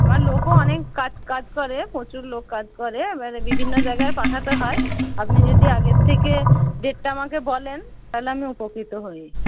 আমার লোকও অনেক কাজ কাজ করে প্রচুর লোক কাজ করে মানে বিভিন্ন জায়গায় পাঠাতে হয় আপনি যদি আগের থেকে ডেটটা আমাকে বলেন তাহলে আমি উপকৃত হই